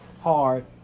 hard